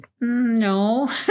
No